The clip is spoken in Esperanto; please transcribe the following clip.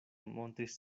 montris